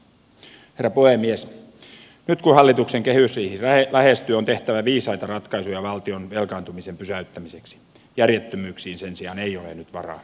nyt kun hallituksen kehysriihi lähestyy on tehtävä viisaita ratkaisuja valtion velkaantumisen pysäyttämiseksi järjettömyyksiin sen sijaan ei ole nyt varaa